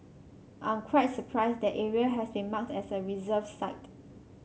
I'm quite surprised that area has been marked as a reserve side